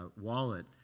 wallet